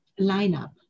lineup